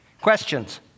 Questions